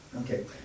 Okay